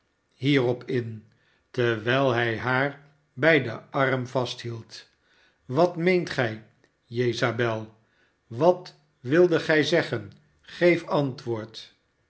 hierop in terwijl hij haar bij den arm vasthield wat meent gij jesabel wat wildet gij zeggen geef antwoord